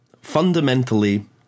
fundamentally